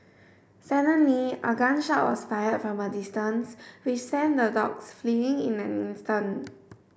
suddenly a gun shot was fired from a distance which sent the dogs fleeing in an instant